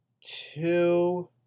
two